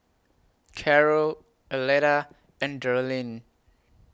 Karol Arletta and Darlene